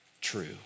true